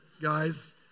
guys